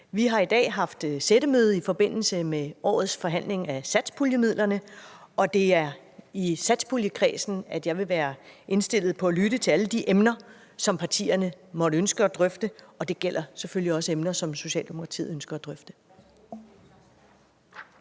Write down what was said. Vi har i dag haft sættemøde i forbindelse med årets forhandling om satspuljemidlerne, og det er i satspuljekredsen, jeg vil være indstillet på at lytte til alle de emner, som partierne måtte ønske at drøfte, og det gælder selvfølgelig også emner, som Socialdemokratiet ønsker at drøfte.